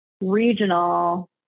regional